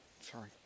sorry